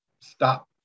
stop